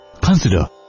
Consider